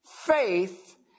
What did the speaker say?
faith